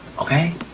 okay?